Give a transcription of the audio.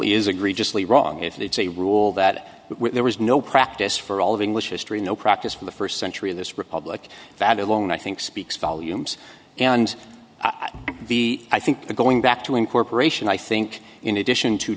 is agreed just lee wrong if it's a rule that there was no practice for all of english history no practice for the first century in this republic that alone i think speaks volumes and the i think the going back to incorporation i think in addition to